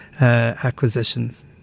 acquisitions